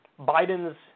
Biden's